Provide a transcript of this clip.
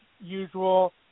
usual